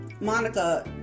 monica